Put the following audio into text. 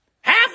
Half